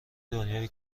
دنیای